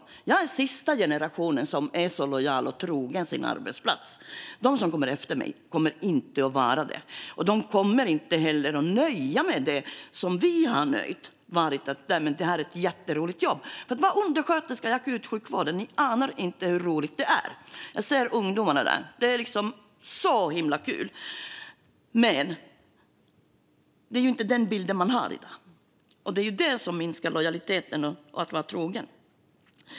Jag tillhör den sista generation som är så lojal med och trogen sin arbetsplats. De som kommer efter mig kommer inte att vara det. De kommer inte heller att låta sig nöjas med det som vi har låtit oss nöjas med: att det här är ett jätteroligt jobb. Ni anar inte hur roligt det är att vara undersköterska i akutsjukvården! Jag ser ungdomarna där, och det är så himla kul. Men det är inte den bild man har i dag, och det är det som minskar lojaliteten och detta att vara trogen.